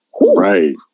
Right